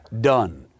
done